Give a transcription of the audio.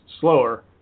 slower